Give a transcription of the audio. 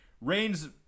Rain's